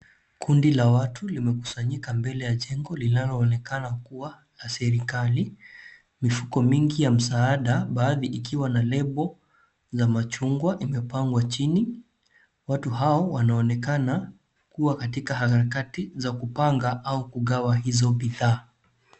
Kundi la watu limekusanyika mbele ya jengo linaloonekana kuwa la serikali. Mifuko mingi ya msaada baadhi ikiwa na lebo za machungwa imepangwa chini. Watu hao wanaonekana kua katika harakati za kupanga au kugawa hizo bidhaa.